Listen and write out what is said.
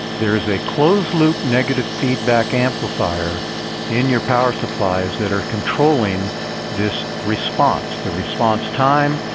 there is a closed loop negative feedback amplifier in your power supplies that are controlling this response, the response time,